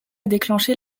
déclencher